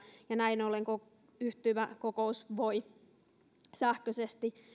ja näin ollen yhtymäkokous voidaan sähköisesti